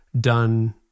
done